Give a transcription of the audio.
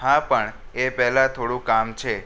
હા પણ એ પહેલાં થોડું કામ છે